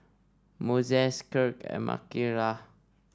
Moises Kirk and Mikalah